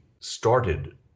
started